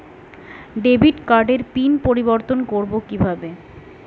Debit কার্ডের pin পরিবর্তন করবো কীভাবে?